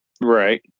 Right